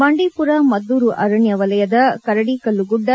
ಬಂಡೀಚುರ ಮದ್ದೂರು ಆರಣ್ಯ ವಲಯದ ಕರಡಿಕಲ್ಲು ಗುಡ್ಡ